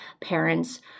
parents